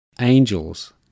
angels